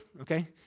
okay